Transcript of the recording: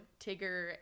Tigger